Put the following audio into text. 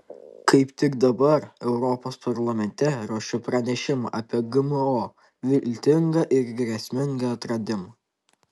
kaip tik dabar europos parlamente ruošiu pranešimą apie gmo viltingą ir grėsmingą atradimą